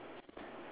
ya